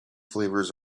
flavors